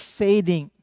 fading